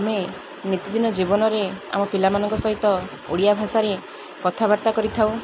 ଆମେ ନୀତିଦିନ ଜୀବନରେ ଆମ ପିଲାମାନଙ୍କ ସହିତ ଓଡ଼ିଆ ଭାଷାରେ କଥାବାର୍ତ୍ତା କରିଥାଉ